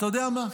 אתה יודע מה,